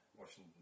Washington